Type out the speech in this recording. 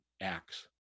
acts